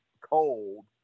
cold